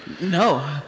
No